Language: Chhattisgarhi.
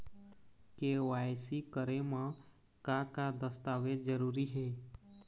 के.वाई.सी करे म का का दस्तावेज जरूरी हे?